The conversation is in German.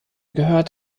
gehört